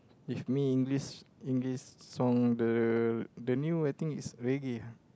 if me English English song the the new I think is reggae